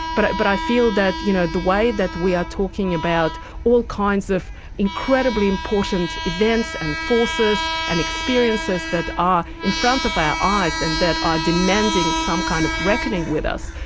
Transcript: but but i feel that you know the way that we are talking about all kinds of incredibly important events and forces and experiences that are in front of our eyes and that are demanding some kind of reckoning with us,